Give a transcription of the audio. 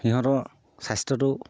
সিহঁতৰ স্বাস্থ্যটো